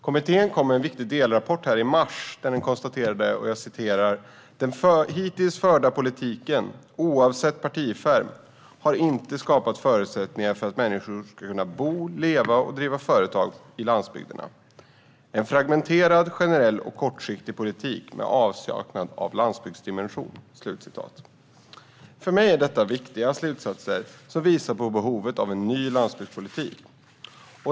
Kommittén kom med en viktig delrapport i mars där man konstaterade: "Den hittills förda politiken, oavsett partifärg, har inte skapat förutsättningar för att människor ska kunna bo, leva och driva företag på landsbygderna." Vidare: "En fragmenterad, generell och kortsiktig politik med avsaknad av landsbygdsdimension." För mig är detta viktiga slutsatser som visar på behovet av en ny landsbygdspolitik.